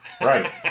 right